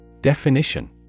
Definition